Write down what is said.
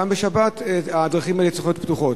גם בשבת הדרכים האלה צריכות להיות פתוחות,